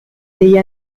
degli